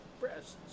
breasts